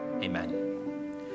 amen